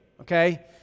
Okay